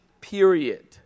period